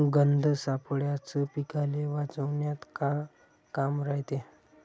गंध सापळ्याचं पीकाले वाचवन्यात का काम रायते?